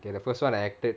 ya the first [one] acted